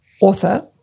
author